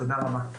תודה רבה.